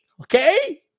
Okay